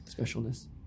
Specialness